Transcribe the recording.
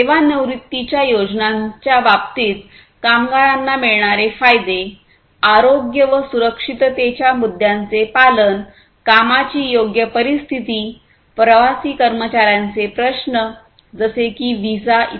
सेवानिवृत्तीच्या योजनांच्या बाबतीत कामगारांना मिळणारे फायदे आरोग्य व सुरक्षिततेच्या मुद्द्यांचे पालनकामाची योग्य परिस्थिती प्रवासी कर्मचा यांचे प्रश्न जसे की व्हिसा इ